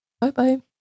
Bye-bye